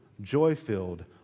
joy-filled